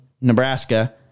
Nebraska